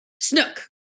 snook